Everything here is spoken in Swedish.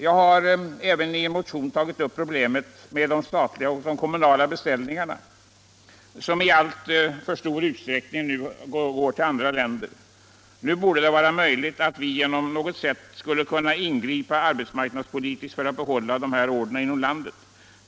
Jag har i min motion också tagit upp problemet med de statliga och kommunala beställningarna, som i alltför stor utsträckning går till andra länder. Det borde vara möjligt att på något sätt ingripa arbetsmarknadspolitiskt för att få behålla dessa order inom landet.